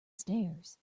stairs